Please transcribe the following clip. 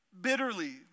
bitterly